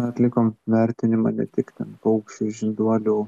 atlikom vertinimą ne tik ten paukščių žinduolių